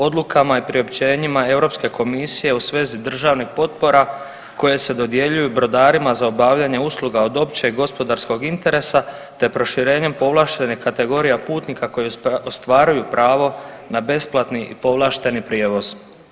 Odlukama i priopćenjima Europske komisije u svezi državnih potpisa koje se dodjeljuju brodarima za obavljanje usluga od općeg gospodarskog interesa, te proširenjem povlaštenih kategorija putnika koji ostvaruju pravo na besplatni i povlašteni prijevoz.